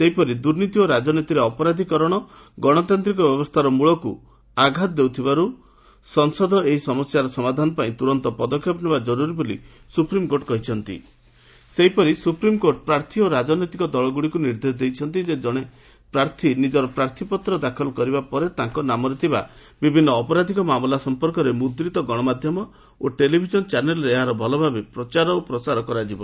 ସେହିପରି ଦୁର୍ନୀତି ଓ ରାଜନୀତିରେ ଅପରାଧିକରଣ ଗଣତାନ୍ତିକ ବ୍ୟବସ୍ରାର ମିଳକୁ ଆଘାତ ଦେଉଥିବାରୁ ସଂସଦ ଏହି ସମସ୍ୟାର ସମାଧାନ ପାଇଁ ତୂରନ୍ତ ପଦକ୍ଷେପ ନେବା ଜରୁରୀ ବୋଲି ସ୍ପ୍ରପ୍ରମକୋର୍ଟ କହିଛନ୍ତି ସେହିପରି ସୁପ୍ରିମକୋର୍ଟ ପ୍ରାର୍ଥୀ ଓ ରାଜନୈତିକ ଦଳଗୁଡ଼ିକୁ ନିର୍ଦ୍ଦେଶ ଦେଇଛନ୍ତି ଯେ ଜଶେ ପ୍ରାର୍ଥୀ ନିକର ପ୍ରାର୍ଥୀପତ୍ର ଦାଖଲ କରିବା ପରେ ତାଙ୍ଙ ନାମରେ ଥିବା ବିଭିନ୍ ଅପରାଧିକ ମାମଲା ସଂପର୍କରେ ମୁଦ୍ରିତ ଗଣମାଧ୍ଧମ ଓ ଟେଲିଭିଜନ ଚାନେଲ୍ରେ ଏହାର ଭଲଭାବେ ପ୍ରଚାର ପ୍ରସାର କରାଯିବ